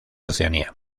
oceanía